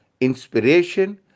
inspiration